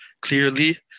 clearly